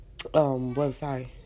website